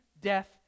death